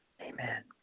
Amen